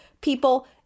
people